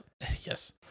yes